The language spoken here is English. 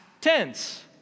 tense